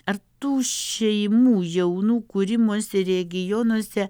ar tų šeimų jaunų kūrimosi regionuose